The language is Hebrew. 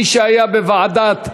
מי שהיה בוועדה,